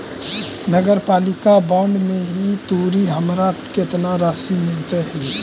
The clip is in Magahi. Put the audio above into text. नगरपालिका बॉन्ड में ई तुरी हमरा केतना राशि मिललई हे?